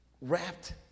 wrapped